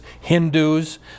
Hindus